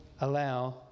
allow